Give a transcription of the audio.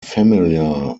familiar